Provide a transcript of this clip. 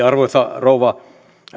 arvoisa rouva